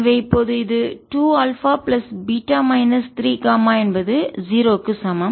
எனவேஇப்போது இது 2 alpha plus beta minus 3 gamma என்பது 0 க்கு சமம்